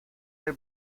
del